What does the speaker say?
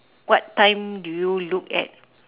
what time do you look at